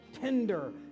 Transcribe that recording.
tender